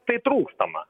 tai trūkstamą